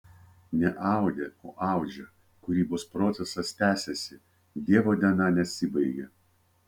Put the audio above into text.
ne audė o audžia kūrybos procesas tęsiasi dievo diena nesibaigė